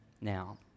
now